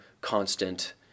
constant